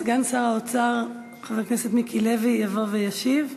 סגן שר האוצר חבר הכנסת מיקי לוי יבוא וישיב.